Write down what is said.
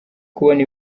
kubona